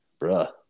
bruh